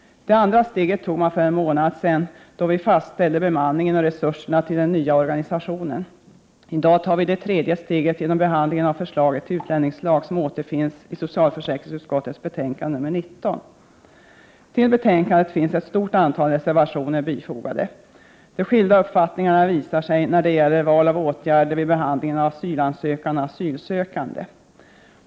Det andra steget tog vi för en månad sedan, då vi fastställde bemanningen och resurserna till den nya organisationen. I dag tar vi det tredje steget genom behandlingen av förslaget till utlänningslag, som återfinns i socialförsäkringsutskottets betänkande nr 19. Till betänkandet finns ett stort antal reservationer fogade. De skilda uppfattningarna visar sig när det gäller val av åtgärder vid behandling av asylansökan och asylsökande.